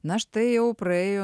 na štai jau praėjo